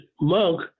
Monk